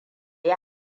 yi